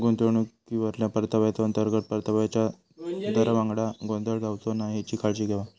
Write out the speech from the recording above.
गुंतवणुकीवरल्या परताव्याचो, अंतर्गत परताव्याच्या दरावांगडा गोंधळ जावचो नाय हेची काळजी घेवा